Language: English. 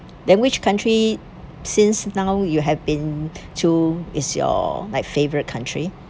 then which country since now you have been to is your like favourite country